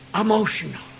emotional